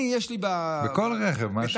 לי יש, בכל רכב, מה השאלה?